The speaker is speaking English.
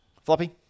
Floppy